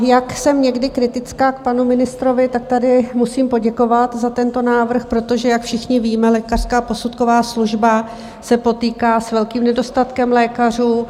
Jak jsem někdy kritická k panu ministrovi, tady musím poděkovat za tento návrh, protože jak všichni víme, Lékařská posudková služba se potýká s velkým nedostatkem lékařů.